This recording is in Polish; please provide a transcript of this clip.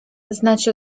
znać